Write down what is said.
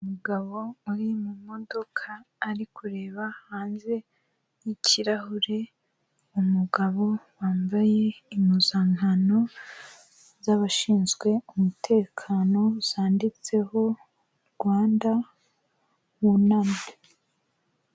Umugabo uri mumodoka, ari kureba hanze y'ikirahure, umugabo wambaye impuzankano, zabashinzwe umutekano zanditseho Rwanda wunamye.